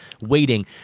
waiting